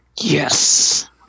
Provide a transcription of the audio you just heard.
Yes